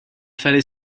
fallait